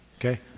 Okay